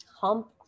hump